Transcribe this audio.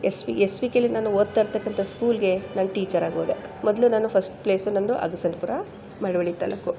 S V S ವಿಕೆಲಿ ನಾನು ಓದ್ತಾಯಿರ್ತಕ್ಕಂಥ ಸ್ಕೂಲ್ಗೆ ನಾನು ಟೀಚರಾಗಿ ಓದೆ ಮೊದಲು ನಾನು ಫಸ್ಟ್ ಪ್ಲೇಸು ನಂದು ಅಗಸನ್ಪುರ ಮಳವಳ್ಳಿ ತಾಲ್ಲೂಕು